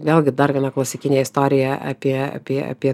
vėlgi dar viena klasikinė istorija apie apie apie